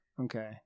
Okay